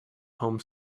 home